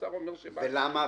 והאוצר אומר שבנק ישראל.